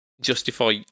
justify